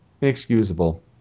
Inexcusable